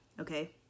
Okay